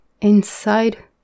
inside